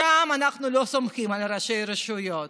שם אנחנו לא סומכים על ראשי רשויות.